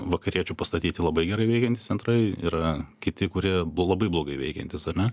vakariečių pastatyti labai gerai veikiantys centrai yra kiti kurie labai blogai veikiantys ar ne